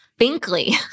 Binkley